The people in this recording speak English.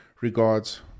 Regards